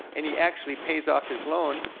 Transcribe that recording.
and he actually pays off his loan,